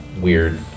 weird